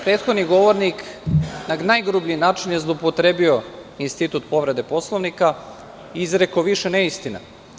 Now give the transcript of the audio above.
Prethodni govornik na najgrublji način je zloupotrebio institut povrede Poslovnika i izrekao više neistina.